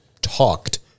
talked